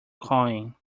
coin